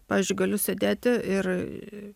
pavyzdžiui galiu sėdėti ir